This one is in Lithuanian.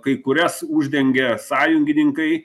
kai kurias uždengia sąjungininkai